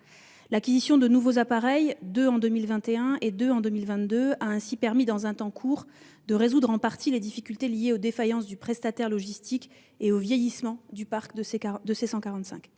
L'acquisition de nouveaux appareils- deux en 2021 et deux en 2022 -a ainsi permis, dans un temps court, de résoudre en partie les difficultés liées aux défaillances du prestataire logistique et au vieillissement du parc